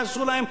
מה יעשו להם.